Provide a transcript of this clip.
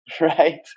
Right